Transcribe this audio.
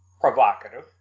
provocative